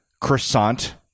croissant